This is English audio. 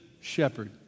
shepherd